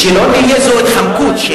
שלא יהיה, זו התחמקות.